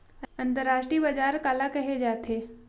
अंतरराष्ट्रीय बजार काला कहे जाथे?